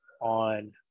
on